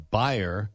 buyer